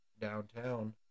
downtown